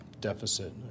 deficit